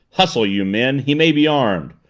hustle you men! he may be armed!